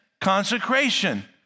consecration